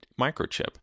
microchip